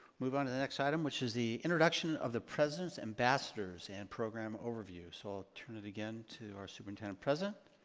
move onto the next item which is the introduction of the president's ambassadors and program overview so i'll turn it again to our superintendent-president